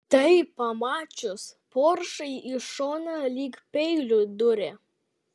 tai pamačius poršai į šoną lyg peiliu dūrė